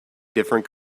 different